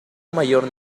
mayor